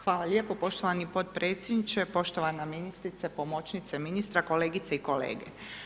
Hvala lijepo poštovani podpredsjedniče, poštovana ministrice, pomoćnice ministra, kolegice i kolege.